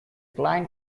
client